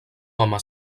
home